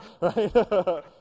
right